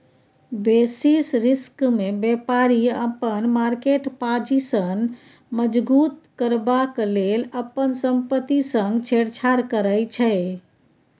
basis रिस्कमे बेपारी अपन मार्केट पाजिशन मजगुत करबाक लेल अपन संपत्ति संग छेड़छाड़ करै छै